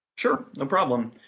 sure, no problem.